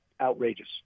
outrageous